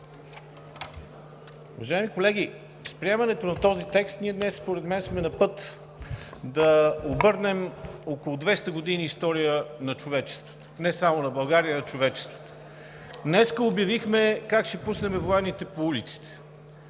Уважаеми колеги, с приемането на този текст ние днес според мен сме на път да обърнем около 200 години история на човечеството – не само на България, а на човечеството. Днес обявихме как ще пуснем военните по улиците.